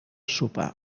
sopar